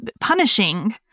punishing